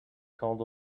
called